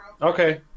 Okay